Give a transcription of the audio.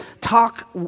Talk